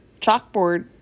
chalkboard